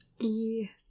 yes